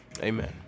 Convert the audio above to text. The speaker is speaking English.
Amen